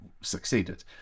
succeeded